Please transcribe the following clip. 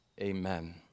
Amen